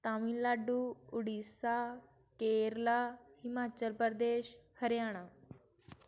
Tamil Nadu Orissa Kerala Himachal Pradesh Haryana